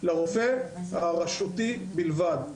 לרופא הרשותי בלבד.